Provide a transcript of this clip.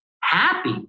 happy